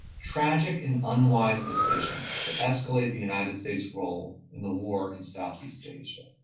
tragic and unwise decisions to escalate the united states role in the war in southeast asia.